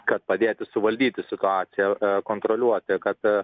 kad padėti suvaldyti situaciją kontroliuoti kad